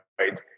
right